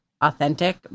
authentic